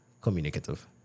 communicative